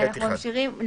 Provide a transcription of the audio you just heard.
נמשיך.